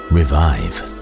Revive